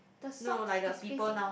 the socks is facing